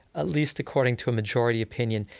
at least according to a majority opinion,